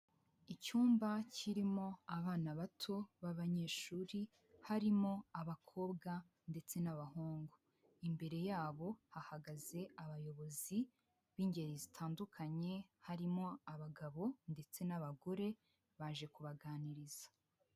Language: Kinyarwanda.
Icyumba kirimo abana bato b'abanyeshuri harimo abakobwa ndetse n'abahungu, imbere yabo hahagaze abayobozi b'ingeri zitandukanye harimo abagabo ndetse n'abagore baje kubaganiriza.